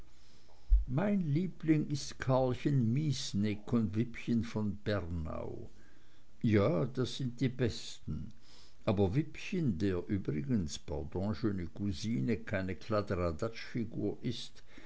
mein liebling ist karlchen mießnick und wippchen von bernau ja das sind die besten aber wippchen der übrigens pardon schöne cousine keine kladderadatschfigur ist